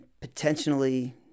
potentially